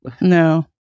No